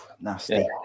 Nasty